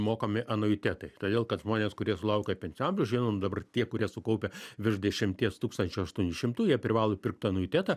mokami anuitetai todėl kad žmonės kurie sulaukę pensinio amžiaus žinom dabar tie kurie sukaupę virš dešimties tūkstančių aštuonių šimtų jie privalo pirkti anuitetą